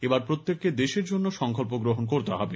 এবার প্রত্যেককে দেশের জন্য সংকল্প গ্রহণ করতে হবে